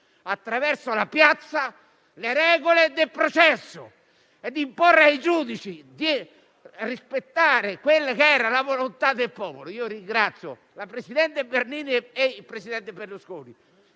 attraverso la piazza, le regole del processo e di imporre ai giudici di rispettare la volontà del popolo. Ringrazio la presidente Bernini e il presidente Berlusconi,